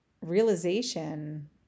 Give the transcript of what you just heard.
realization